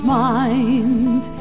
mind